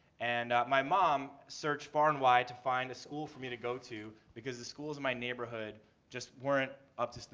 and my mom searched far and wide to find a school for me to go to because the schools in my neighborhood just weren't up to,